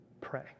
pray